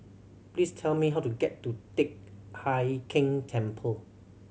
please tell me how to get to Teck Hai Keng Temple